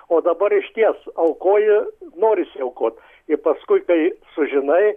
o dabar išties aukoji norisi aukot ir paskui kai sužinai